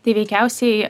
tai veikiausiai